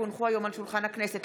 כי הונחו היום על שולחן הכנסת,